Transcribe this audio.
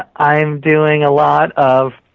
i'm doing a lot of